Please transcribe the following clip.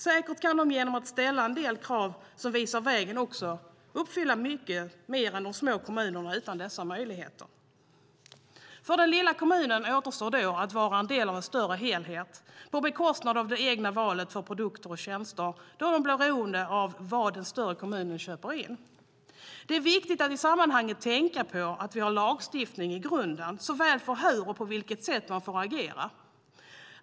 Säkert kan de genom att ställa en del krav som visar vägen också uppfylla mycket mer än små kommuner utan dessa möjligheter. För den lilla kommunen återstår då att vara en del av en större helhet, på bekostnad av det egna valet av produkter och tjänster, då de blir beroende av vad den större kommunen köper in. Det är viktigt att i sammanhanget tänka på att vi har lagstiftning i grunden såväl för hur och på vilket sätt man får agera.